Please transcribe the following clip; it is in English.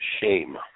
shame